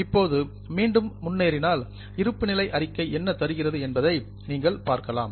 இப்போது மீண்டும் முன்னேறினால் இருப்புநிலை அறிக்கை என்ன தருகிறது என்பதை நீங்கள் பார்க்கலாம்